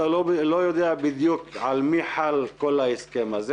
אתה לא יודע בדיוק על מי חל כל הסכם הזה.